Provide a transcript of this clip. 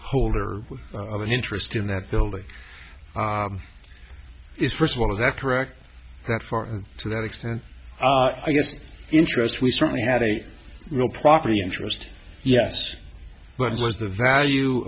holder of an interest in that building is first of all is that correct that far to that extent i guess the interest we certainly had a real property interest yes but it was the value